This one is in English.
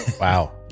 Wow